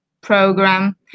program